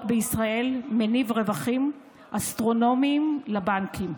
בישראל מניב רווחים אסטרונומיים לבנקים.